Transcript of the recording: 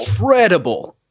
Incredible